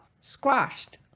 squashed